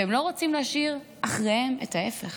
והם לא רוצים להשאיר אחריהם את ההפך.